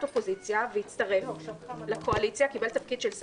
אופוזיציה והצטרף לקואליציה וקיבל תפקיד של שר.